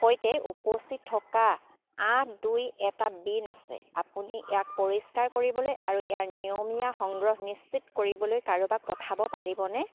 সৈতে উপচি থকা আঠ দুই এটা বিন আছে আপুনি ইয়াক পৰিষ্কাৰ কৰিবলৈ আৰু ইয়াৰ নিয়মীয়া সংগ্ৰহ নিশ্চিত কৰিবলৈ কাৰোবাক পঠাব পাৰিবনে